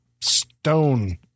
stone